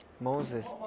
Moses